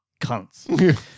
cunts